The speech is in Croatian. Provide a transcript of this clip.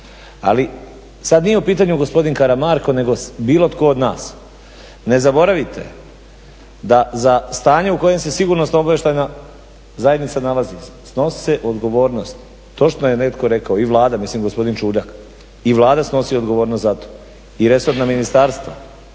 Ali sad nije u pitanju gospodin Karamarko, nego bilo tko od nas. Ne zaboravite da za stanje u kojem se sigurnosno-obavještajna zajednica nalazi snose odgovornost, točno je netko rekao i Vlada, mislim gospodin Čuljak, i Vlada snosi odgovornost za to, i resorna ministarstva,